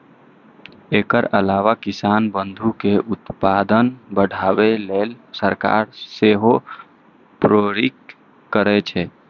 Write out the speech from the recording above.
एकर अलावा किसान बंधु कें उत्पादन बढ़ाबै लेल सरकार सेहो प्रेरित करै छै